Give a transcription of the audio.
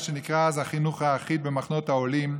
שנקרא אז "החינוך האחיד" במחנות העולים,